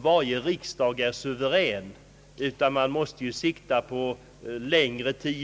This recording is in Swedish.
varje riksdag är suverän, utan budgeten måste ta sikte på en längre tid.